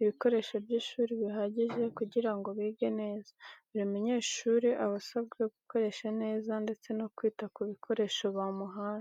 ibikoresho by'ishuri bihagije kugira ngo bige neza. Buri munyeshuri aba asabwa gukoresha neza ndetse no kwita ku bikoresho bamuhaye.